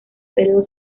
periodo